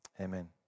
Amen